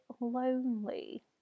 lonely